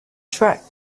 tract